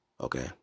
Okay